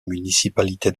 municipalité